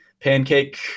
pancake